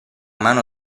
mano